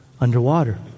underwater